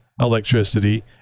electricity